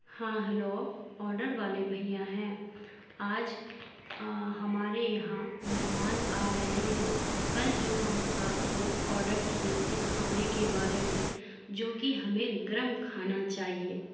ہاں hello order والے بھیا ہیں آج ہمارے یہاں مہمان آ رہے ہیں کل جو ہم آپ کو آڈر کیے تھے کھانے کے بارے میں جوکہ ہمیں گرم کھانا چاہیے